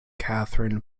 catharine